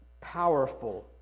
powerful